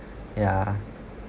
ya